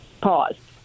Pause